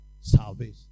salvation